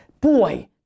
Boy